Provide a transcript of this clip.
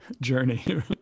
journey